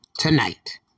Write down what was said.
tonight